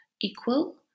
equal